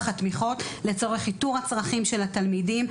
התמיכות לצורך איתור הצרכים של התלמידים,